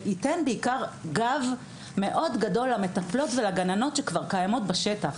ובעיקר ייתן גב גדול מאוד למטפלות ולגננות שכבר נמצאות בשטח.